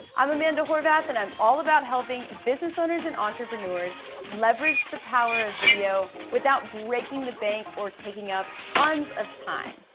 i'm amanda horvath, and i'm all about helping business owners and entrepreneurs leverage the power of video without breaking the bank or taking up tons of time.